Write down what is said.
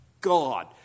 God